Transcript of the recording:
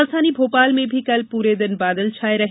राजधानी भोपाल में भी कल पूरे दिन बादल छाये रहे